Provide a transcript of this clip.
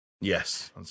Yes